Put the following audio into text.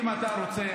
אם אתה רוצה,